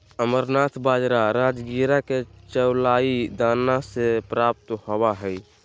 amaranth बाजरा राजगिरा के चौलाई दाना से प्राप्त होबा हइ